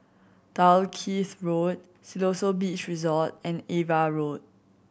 Dalkeith Road Siloso Beach Resort and Ava Road